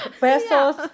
Pesos